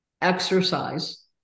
Exercise